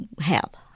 help